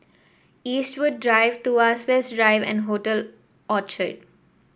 Eastwood Drive Tuas West Drive and Hotel Orchard